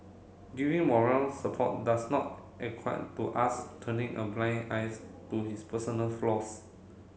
giving moral support does not to us turning a blind eyes to his personal flaws